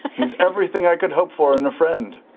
he's everything i could hope for in a friend.